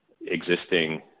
existing